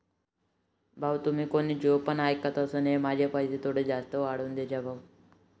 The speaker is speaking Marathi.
तुम्हाला माहिती आहे का की सरकार कराचे नियमन आणि नियंत्रण करते